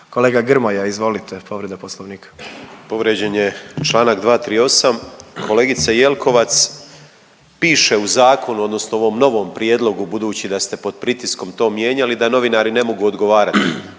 Kolega Grmoja, izvolite, povreda Poslovnika. **Grmoja, Nikola (MOST)** Povrijeđen je čl. 238, kolegice Jelkovac, piše u zakonu odnosno ovom novom prijedlogu, budući da ste pod pritiskom to mijenjali, da novinari ne mogu odgovarati,